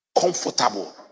comfortable